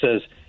says